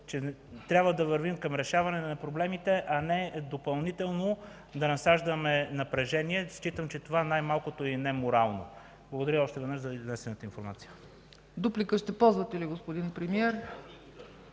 че трябва да вървим към решаване на проблемите, а не допълнително да насаждаме напрежение. Считам, че това най-малкото е и неморално. Благодаря още веднъж за изнесената информация.